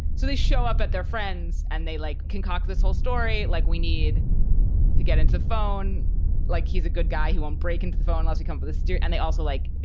so they show up at their friends and they like can cock this whole story, like we need to get into phone like he's a good guy. he won't break into the phone lines. he comes with a stick and they also like him,